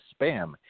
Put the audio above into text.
spam